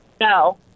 No